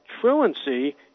truancy